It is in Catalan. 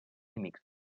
amics